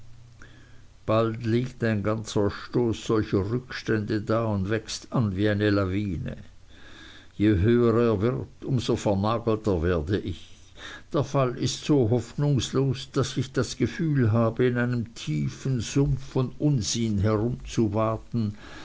bald liegt ein ganzer stoß solcher rückstände da und wächst an wie eine lawine je höher er wird um so vernagelter werde ich der fall ist so hoffnungslos daß ich das gefühl habe in einem tiefen sumpf von unsinn herumzuwaten